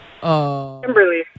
Kimberly